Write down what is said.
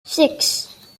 six